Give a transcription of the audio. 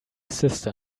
system